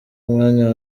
mwanya